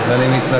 אז אני מתנצל.